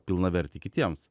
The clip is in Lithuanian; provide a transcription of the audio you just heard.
pilnavertį kitiems